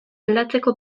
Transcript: aldatzeko